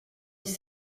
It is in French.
dix